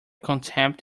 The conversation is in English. contempt